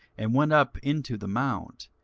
and went up into the mount,